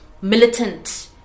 militant